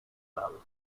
well